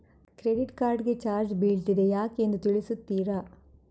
Credit card ಗೆ charge ಬೀಳ್ತಿದೆ ಯಾಕೆಂದು ತಿಳಿಸುತ್ತೀರಾ?